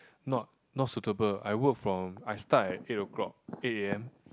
not not suitable I work from I start at eight o-clock eight A_M